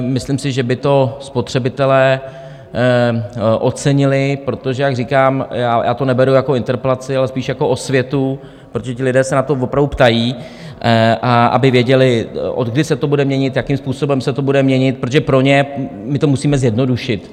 Myslím si, že by to spotřebitelé ocenili, protože jak říkám, já to neberu jako interpelaci, ale spíš jako osvětu, protože ti lidé se na to opravdu ptají, aby věděli, odkdy se to bude měnit, jakým způsobem se to bude měnit, protože pro ně my to musíme zjednodušit.